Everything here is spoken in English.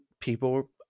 people –